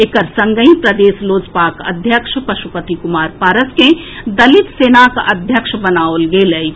एकर संगहि प्रदेश लोजपाक अध्यक्ष पशुपति कुमार पारस के दलित सेनाक अध्यक्ष बनाओल गेल अछि